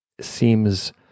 seems